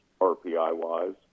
RPI-wise